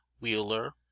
wheeler